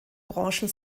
branchen